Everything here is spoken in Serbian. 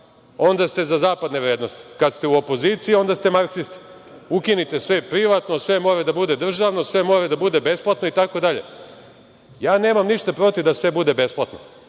onda ste za zapadne vrednosti, kada ste u opoziciji onda ste marksisti. Ukinite sve privatno, sve mora da bude državno, sve mora da bude besplatno, itd. Nemam ništa protiv da sve bude besplatno,